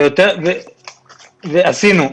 עשינו.